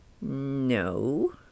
No